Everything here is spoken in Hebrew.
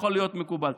שיכול להיות מקובל.